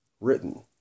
written